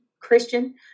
Christian